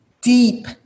deep